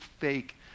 fake